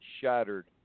shattered